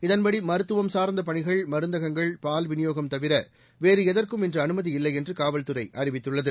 இதன்படி மருத்துவம் சார்ந்த பணிகள் மருந்தகங்கள் பால்விநியோகம் தவிர வேறு எதற்கும் இன்று அனுமதி இல்லை என்று காவல்துறை அறிவித்துள்ளது